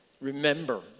Remember